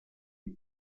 est